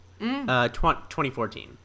2014